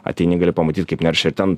ateini gali pamatyt kaip neršia ten